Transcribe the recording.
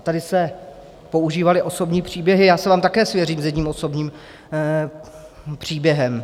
Tady se používaly osobní příběhy, já se vám také svěřím s jedním osobním příběhem.